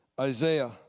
Isaiah